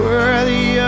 Worthy